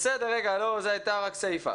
זו הייתה רק סיפא.